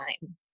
time